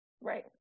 Right